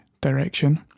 direction